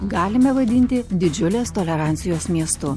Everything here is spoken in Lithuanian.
galime vadinti didžiulės tolerancijos miestu